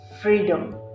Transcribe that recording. freedom